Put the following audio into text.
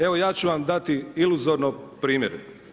Evo ja ću vam dati iluzorno primjer.